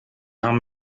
haben